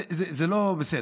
זה לא בסדר.